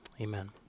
amen